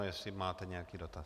Jestli máte nějaký dotaz?